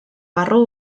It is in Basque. barru